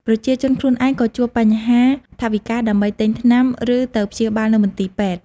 ប្រជាជនខ្លួនឯងក៏ជួបបញ្ហាថវិកាដើម្បីទិញថ្នាំ ឬទៅព្យាបាលនៅមន្ទីរពេទ្យ។